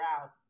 out